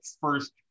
first